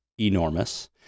enormous